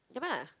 never mind lah